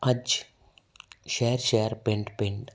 ਅੱਜ ਸ਼ਹਿਰ ਸ਼ਹਿਰ ਪਿੰਡ ਪਿੰਡ